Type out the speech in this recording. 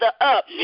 up